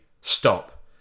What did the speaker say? Stop